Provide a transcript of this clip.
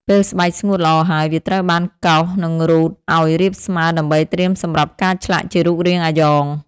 ពេលស្បែកស្ងួតល្អហើយ វាត្រូវបានកោស និងរូតឱ្យរាបស្មើដើម្បីត្រៀមសម្រាប់ការឆ្លាក់ជារូបរាងអាយ៉ង។